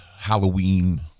Halloween